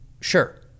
Sure